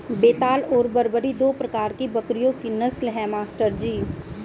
बेताल और बरबरी दो प्रकार के बकरियों की नस्ल है मास्टर जी